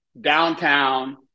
downtown